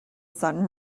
sun